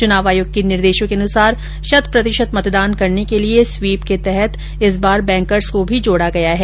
चुनाव आयोग के निर्देशानुसार शत प्रतिशत मतदान करने के लिए स्वीप के तहत बैंकर्स को भी जोड़ा गया है